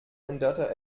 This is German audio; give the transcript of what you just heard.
änderte